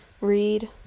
read